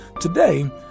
Today